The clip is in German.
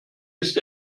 ist